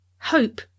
Hope